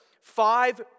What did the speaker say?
five